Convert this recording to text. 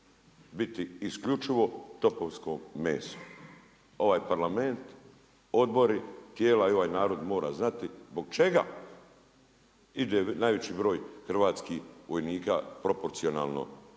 biti isključivo topovsko meso. Ovaj Parlament, odbori, tijela i ovaj narod mora znati zbog čega ide najveći broj hrvatskih vojnik proporcionalno broju